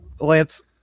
Lance